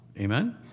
amen